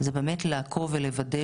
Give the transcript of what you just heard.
זה באמת לעקוב ולוודא